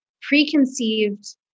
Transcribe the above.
preconceived